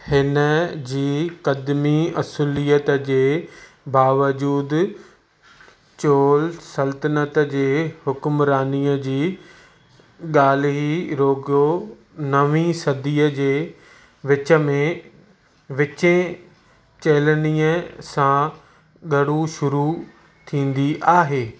हिनजी दमी असुलियत जे बावजूद चोल सल्तनत जे हुक्मरानीअ जी गाल्हि नवीं सदीअ जे विच में विचें चेलनीअ सां गडु॒ शुरू थींदी आहे